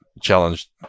challenge